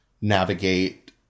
navigate